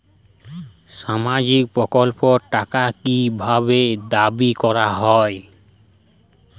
সামাজিক প্রকল্পের টাকা কি ভাবে দাবি করা হয়?